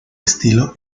estilo